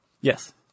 Yes